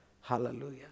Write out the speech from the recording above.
Hallelujah